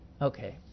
Okay